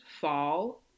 fall